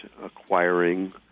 acquiring